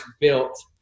built